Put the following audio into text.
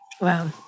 Wow